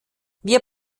wir